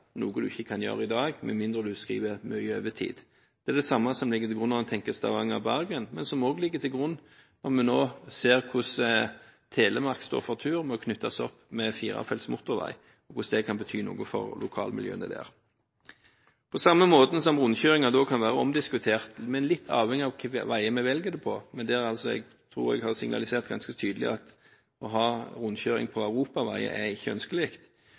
dag, med mindre en skriver mye overtid. Det er det samme som ligger til grunn når en tenker Stavanger–Bergen, og som ligger til grunn når vi nå ser hvordan Telemark står for tur til å knyttes opp med firefelts motorvei, og hva det kan bety for lokalmiljøene der. På samme måte som rundkjøringer kan være omdiskutert, litt avhengig av hvilke veier en velger det på – men jeg tror jeg har signalisert ganske tydelig at å ha rundkjøring på europavei ikke er ønskelig